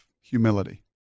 Humility